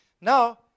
now